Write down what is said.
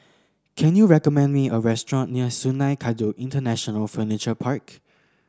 can you recommend me a restaurant near Sungei Kadut International Furniture Park